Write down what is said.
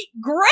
Great